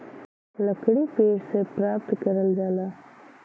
लकड़ी पेड़ से प्राप्त करल जाला